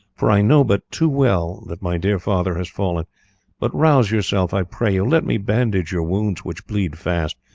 for i know but too well that my dear father has fallen but rouse yourself, i pray you let me bandage your wounds, which bleed fast,